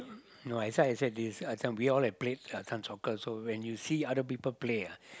no that's why I say this I say we all have play some soccer so when you see other people play ah